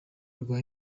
rwa